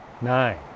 nine